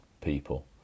people